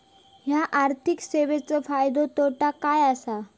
हया आर्थिक सेवेंचो फायदो तोटो काय आसा?